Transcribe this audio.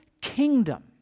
kingdom